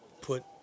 put